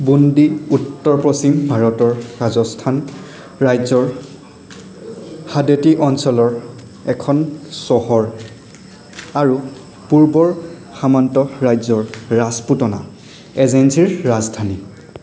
বুন্দি উত্তৰ পশ্চিম ভাৰতৰ ৰাজস্থান ৰাজ্যৰ হাদেটি অঞ্চলৰ এখন চহৰ আৰু পূৰ্বৰ সামন্ত ৰাজ্য ৰাজপুতনা এজেন্সিৰ ৰাজধানী